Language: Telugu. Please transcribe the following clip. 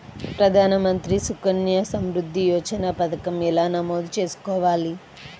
ప్రధాన మంత్రి సుకన్య సంవృద్ధి యోజన పథకం ఎలా నమోదు చేసుకోవాలీ?